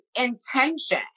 intention